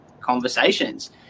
conversations